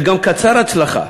וגם קצר הצלחה.